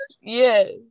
Yes